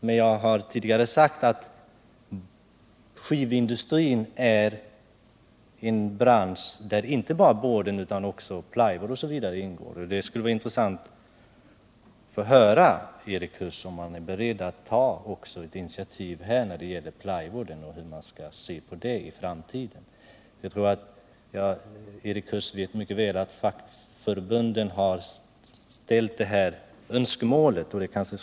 Men, som jag tidigare har sagt, skivindustrin är en bransch där inte bara board och utan också plywood ingår. Och det skulle vara intressant att höra om Erik Huss är beredd att ta initiativ också när det gäller plywood, hur han menar att man skall se på detta i framtiden. Erik Huss vet mycket väl att fackförbunden framfört önskemål om detta.